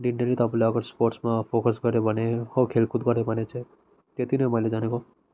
दिनदिनै तपाईँले अगर स्पोर्ट्समा फोकस गर्यो भने हो खेलकुद गर्यो भने चाहिँ त्यति नै हो मैले जानेको